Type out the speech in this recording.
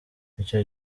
icyo